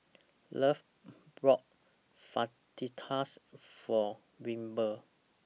Lovett bought Fajitas For Wilbert